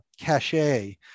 cachet